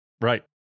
right